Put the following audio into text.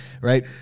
right